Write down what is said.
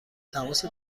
تماس